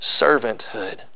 servanthood